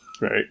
right